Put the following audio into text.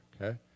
okay